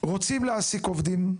רוצים להעסיק עובדים,